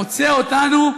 מוצא אותנו,